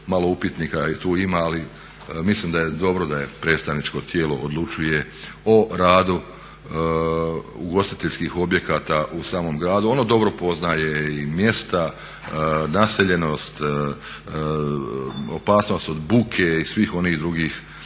malo upitnika tu ima, ali mislim da je dobro da predstavničko tijelo odlučuje o radu ugostiteljskih objekata u samom gradu. Ono dobro poznaje i mjesta, naseljenost, opasnost od buke i svih onih drugih